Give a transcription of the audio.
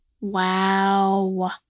Wow